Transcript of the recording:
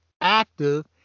active